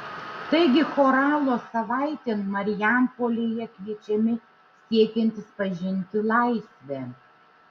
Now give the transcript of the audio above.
taigi choralo savaitėn marijampolėje kviečiami siekiantys pažinti laisvę